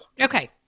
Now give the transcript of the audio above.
Okay